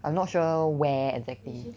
I'm not sure where exactly